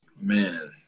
Man